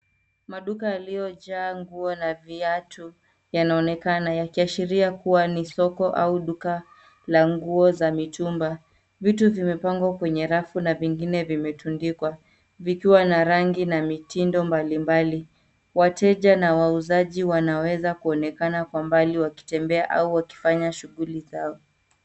Maduka yaliyojaa nguo na viatu yanaonekana ya kiashiria kuwa ni soko au duka la nguo za mitumba. Vitu vimepangwa kwenye rafu na vingine vimetundikwa vikiwa na rangi na mitindo mbalimbali. Wateja na wauzaji wanaweza kuonekana kwa mbali wakitembea au wakifanya shughuli zao.